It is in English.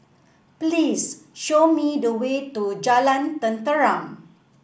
please show me the way to Jalan Tenteram